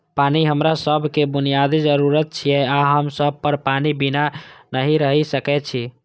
पानि हमरा सभक बुनियादी जरूरत छियै आ हम सब पानि बिना नहि रहि सकै छी